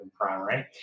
primary